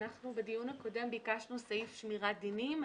אנחנו בדיון הקודם ביקשנו סעיף שמירת דינים.